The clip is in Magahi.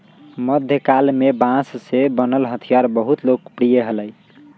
मध्यकाल में बांस से बनल हथियार बहुत लोकप्रिय हलय